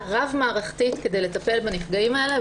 רב-מערכתית כדי לטפל בנפגעים האלה.